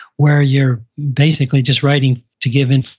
where you're basically just writing to give and